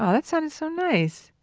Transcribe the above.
um that sounded so nice.